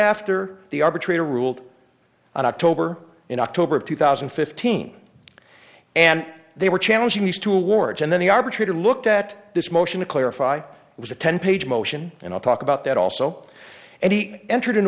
after the arbitrator ruled on october in october of two thousand and fifteen and they were challenging these two awards and then the arbitrator looked at this motion to clarify it was a ten page motion and i'll talk about that also and he entered